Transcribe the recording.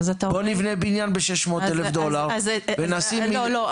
בוא נבנה בניין ב-600,000 דולר ונשים --- לא,